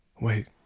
Wait